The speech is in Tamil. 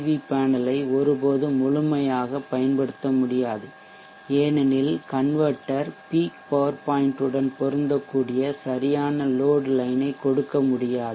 வி பேனலை ஒருபோதும் முழுமையாகப் பயன்படுத்த முடியாது ஏனெனில் கன்வெர்ட்டெர் பீக் பவர் பாய்ன்ட் உடன் பொருந்தக்கூடிய சரியான லோட்லைன் ஐ கொடுக்க முடியாது